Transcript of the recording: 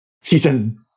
season